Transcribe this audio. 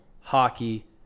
hockey